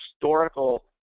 historical